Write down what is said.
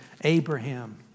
Abraham